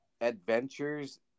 adventures